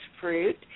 fruit